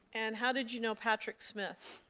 and how did you know patrick smith?